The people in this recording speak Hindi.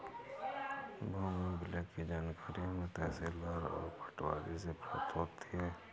भूमि अभिलेख की जानकारी हमें तहसीलदार और पटवारी से प्राप्त होती है